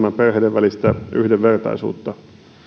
välistä yhdenvertaisuutta